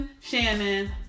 Shannon